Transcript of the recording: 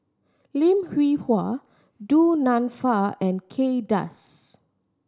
Lim Hwee Hua Du Nanfa and Kay Das